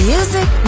Music